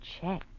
check